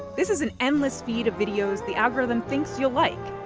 this is an endless feed of videos the algorithm thinks you'll like.